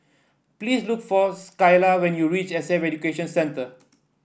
please look for Skyla when you reach S A Education Centre